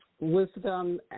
Wisdom